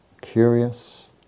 curious